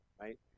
Right